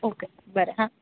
okay बरें हा